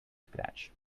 scratch